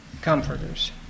comforters